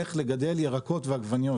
איך לגדל ירקות ועגבניות,